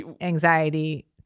anxiety